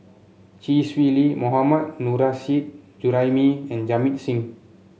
Chee Swee Lee Mohammad Nurrasyid Juraimi and Jamit Singh